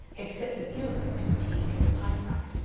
except a few of us who teach or type-write,